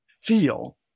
feel